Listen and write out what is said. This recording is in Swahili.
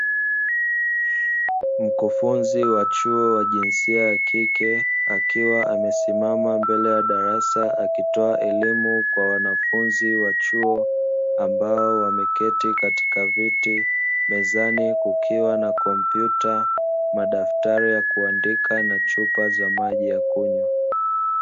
Mkufunzi wa chuo wa jinsia ya kike akiwa amesimama mbele ya darasa akitoa elimu kwa wanafunzi wa chuo, ambao wameketi katika viti mezani kukiwa na kompyuta, madaftari ya kuandika na chupa za maji ya kunywa.